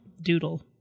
Doodle